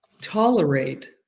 tolerate